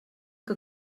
que